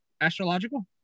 Astrological